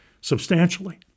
substantially